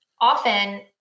often